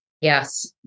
Yes